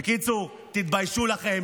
בקיצור, תתביישו לכם.